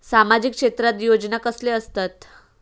सामाजिक क्षेत्रात योजना कसले असतत?